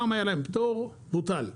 פעם היה להם פטור, בוטל.